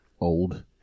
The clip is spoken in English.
old